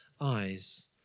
eyes